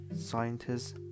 scientists